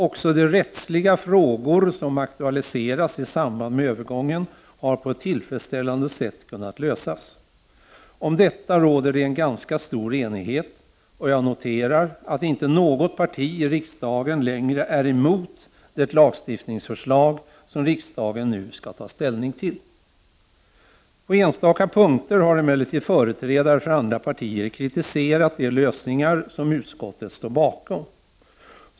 Också de rättsliga frågor som aktualiseras i samband med övergången har på ett tillfredsställande sätt kunnat lösas. Om detta råder det en ganska stor enighet, och jag noterar att inte något parti i riksdagen längre är emot det lagstiftningsförslag som riksdagen nu skall ta ställning till. På enstaka punkter har emellertid företrädare för andra partier kritiserat de lösningar som utskottet står bakom.